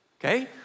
okay